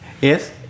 yes